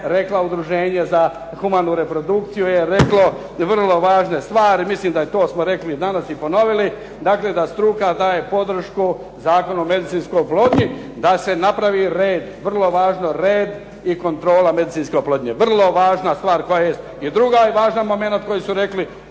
rekla, Udruženje za humanu reprodukciju je reklo vrlo važne stvarne, to smo rekli i danas i ponovili, dakle da struka daje podršku Zakonu o medicinskoj oplodnji da se napravi red, vrlo važno red i kontrola medicinske oplodnje. Vrlo važna stvar koja jest. I druga je važan momenat koji su rekli,